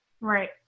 Right